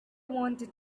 wanted